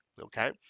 okay